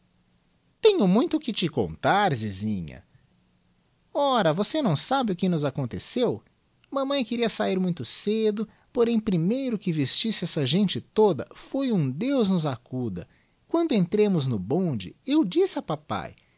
tenho muito que te contar zizinha ora você não sabe o que nos aconteceu mamãe queria sahir muito cedo porém primeiro ce se vestisse esta gente toda foi um deus nos acuda quando enurmos no bond eu disse a papae